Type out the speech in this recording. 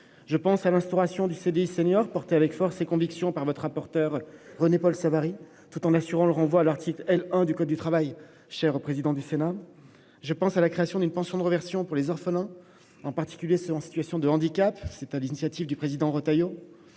ainsi qu'à l'instauration d'un CDI senior, portée avec force et conviction par votre rapporteur René-Paul Savary, dans le respect de l'article L. 1 du code du travail, cher au président du Sénat. Je pense également à la création d'une pension de réversion pour les orphelins, en particulier ceux qui sont en situation de handicap, sur l'initiative de Bruno Retailleau